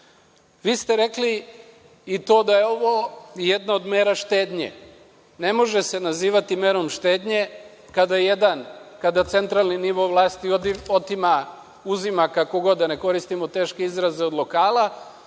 Vi ste rekli i to da je ovo jedna od mera štednje. Ne može se nazivati merom štednje, kada jedan, kada centralni nivo vlasti otima, uzima, kako god, da ne koristimo teške izraze, od lokala,